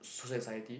suicide anxiety